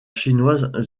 chinoise